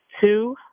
two